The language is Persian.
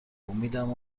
امیدم